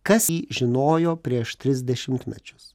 kas jį žinojo prieš tris dešimtmečius